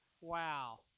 Wow